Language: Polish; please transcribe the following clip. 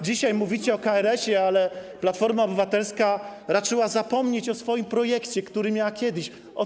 Dzisiaj mówicie o KRS-ie, ale Platforma Obywatelska raczyła zapomnieć o swoim projekcie, który kiedyś miała.